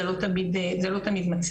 זה לא תמיד מצליח,